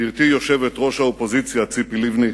גברתי יושבת-ראש האופוזיציה ציפי לבני,